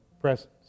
presence